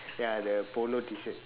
ya the polo T-shirt